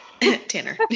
Tanner